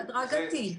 זה הדרגתי.